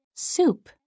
Soup